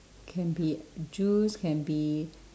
can be juice can be